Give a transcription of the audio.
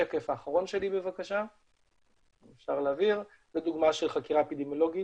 בשקף האחרון רואים דוגמה של חקירה אפידמיולוגית,